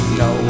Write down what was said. no